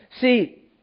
See